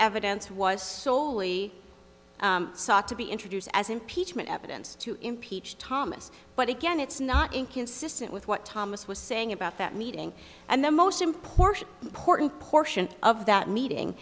evidence was solely sought to be introduced as impeachment evidence to impeach thomas but again it's not inconsistent with what thomas was saying about that meeting and the most important porton portion of that meeting